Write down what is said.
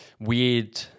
weird